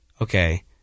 okay